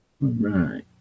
right